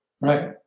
right